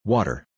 Water